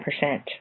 percent